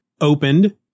opened